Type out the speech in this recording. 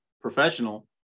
professional